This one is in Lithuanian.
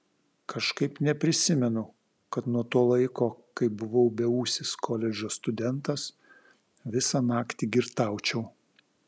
kažkaip neprisimenu kad nuo to laiko kai buvau beūsis koledžo studentas visą naktį girtaučiau